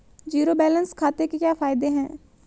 Zero balance खाते के क्या फायदे हैं?